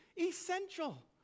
essential